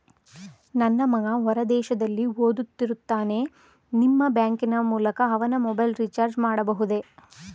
ನನ್ನ ಮಗ ಹೊರ ದೇಶದಲ್ಲಿ ಓದುತ್ತಿರುತ್ತಾನೆ ನಿಮ್ಮ ಬ್ಯಾಂಕಿನ ಮೂಲಕ ಅವನ ಮೊಬೈಲ್ ರಿಚಾರ್ಜ್ ಮಾಡಬಹುದೇ?